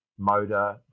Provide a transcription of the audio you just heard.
motor